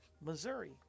Missouri